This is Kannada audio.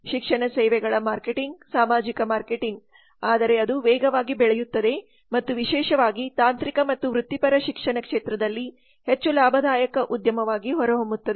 ಶಿಕ್ಷಣ ಸೇವೆಗಳ ಮಾರ್ಕೆಟಿಂಗ್ ಸಾಮಾಜಿಕ ಮಾರ್ಕೆಟಿಂಗ್ ಆದರೆ ಅದು ವೇಗವಾಗಿ ಬೆಳೆಯುತ್ತದೆ ಮತ್ತು ವಿಶೇಷವಾಗಿ ತಾಂತ್ರಿಕ ಮತ್ತು ವೃತ್ತಿಪರ ಶಿಕ್ಷಣ ಕ್ಷೇತ್ರದಲ್ಲಿ ಹೆಚ್ಚು ಲಾಭದಾಯಕ ಉದ್ಯಮವಾಗಿ ಹೊರಹೊಮ್ಮುತ್ತದೆ